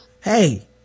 hey